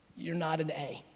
you're not an a.